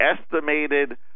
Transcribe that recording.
estimated